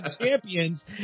champions